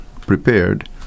prepared